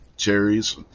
Cherries